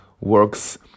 works